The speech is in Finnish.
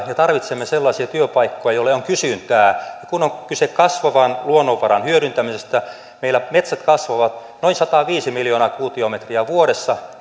ja tarvitsemme sellaisia työpaikkoja joille on kysyntää kun on kyse kasvavan luonnonvaran hyödyntämisestä meillä metsät kasvavat noin sataviisi miljoonaa kuutiometriä vuodessa